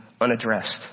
unaddressed